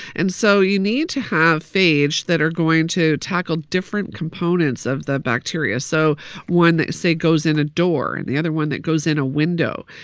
and so you need to have phage that are going to tackle different components of the bacteria so one, say, goes in a door and the other one that goes in a window.